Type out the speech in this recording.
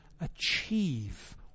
achieve